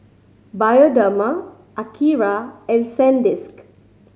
Bioderma Akira and Sandisk